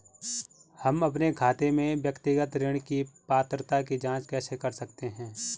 हम अपने खाते में व्यक्तिगत ऋण की पात्रता की जांच कैसे कर सकते हैं?